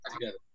together